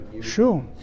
Sure